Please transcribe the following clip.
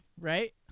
right